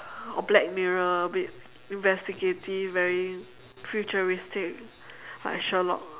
or black mirror a bit investigative very futuristic like sherlock